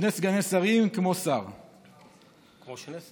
שני סגני שרים כמו שר, כמו שני שרים.